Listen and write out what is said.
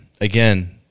Again